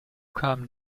kamen